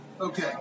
Okay